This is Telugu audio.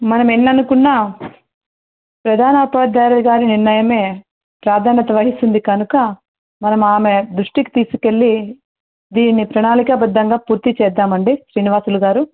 మనం ఎన్ని అనుకున్న ప్రధాన ఉపాధ్యాయురాలి గారి నిర్ణయం ప్రాధాన్యత వహిస్తుంది కనుక మనం ఆమె దృష్టికి తీసుకు వెళ్ళి దీని ప్రణాళికబద్ధంగా పూర్తి చేద్దాం అండి శ్రీనివాసులు గారు